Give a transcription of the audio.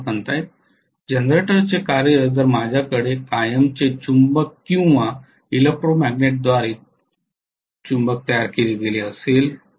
प्राध्यापक जनरेटरचे कार्य जर माझ्याकडे कायमचे चुंबक किंवा इलेक्ट्रोमॅग्नेटद्वारे चुंबक तयार केले गेले असेल